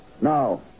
No